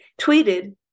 tweeted